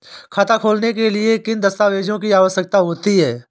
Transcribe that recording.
खाता खोलने के लिए किन दस्तावेजों की आवश्यकता होती है?